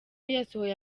yasohoye